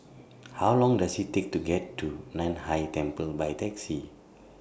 How Long Does IT Take to get to NAN Hai Temple By Taxi